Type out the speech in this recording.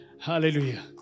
Hallelujah